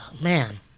man